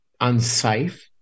unsafe